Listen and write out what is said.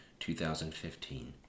2015